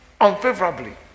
unfavorably